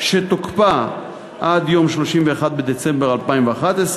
שתוקפה עד יום 31 בדצמבר 2011,